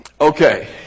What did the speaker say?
Okay